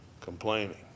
complaining